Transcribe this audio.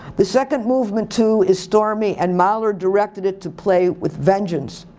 the second movement too is stormy and mahler directed it to play with vengeance.